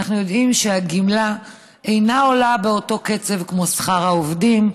אנחנו יודעים שהגמלה אינה עולה באותו קצב כמו שכר העובדים,